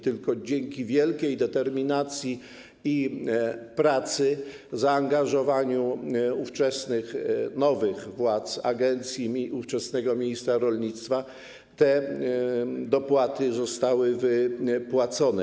Tylko dzięki wielkiej determinacji i pracy, zaangażowaniu ówczesnych nowych władz agencji, ówczesnego ministra rolnictwa te dopłaty zostały wypłacone.